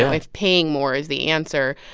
so if paying more is the answer,